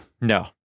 No